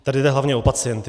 Tady jde hlavně o pacienty.